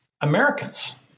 Americans